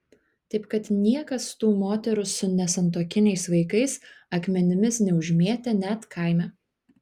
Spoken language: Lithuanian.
taip kad niekas tų moterų su nesantuokiniais vaikais akmenimis neužmėtė net kaime